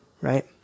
right